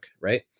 right